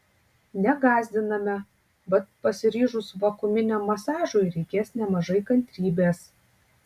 negąsdiname bet pasiryžus vakuuminiam masažui reikės nemažai kantrybės